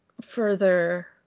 further